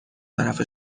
طرف